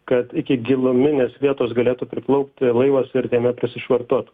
kad iki giluminės vietos galėtų priplaukti laivas ir jame prisišvartuot